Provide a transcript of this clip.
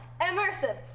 immersive